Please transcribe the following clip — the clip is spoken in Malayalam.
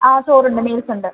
ചോറുണ്ട് മീൽസ് ഉണ്ട്